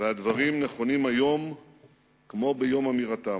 והדברים נכונים היום כמו ביום אמירתם.